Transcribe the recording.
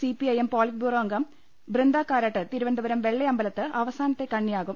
C P I M politburo അംഗം ബൃന്ദകാരാട്ട് തിരുവനന്തപുരം വെള്ളയമ്പലത്ത് അവസാന കണ്ണിയാവും